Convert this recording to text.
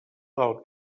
del